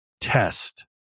test